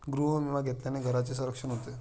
गृहविमा घेतल्याने घराचे संरक्षण होते